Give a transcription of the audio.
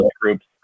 groups